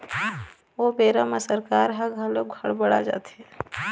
ओ बेरा म सरकार ह घलोक हड़ बड़ा जाथे